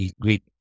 great